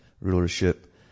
rulership